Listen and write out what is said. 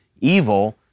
evil